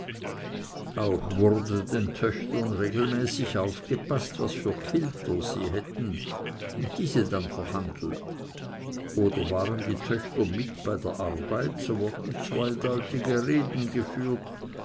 auch wurde den töchtern regelmäßig aufgepaßt was für kilter sie hätten und diese dann verhandelt oder waren die töchter mit bei der arbeit so wurden zweideutige reden geführt